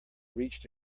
reached